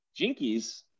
Jinkies